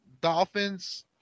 dolphins